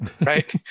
right